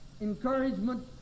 encouragement